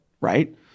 right